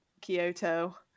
Kyoto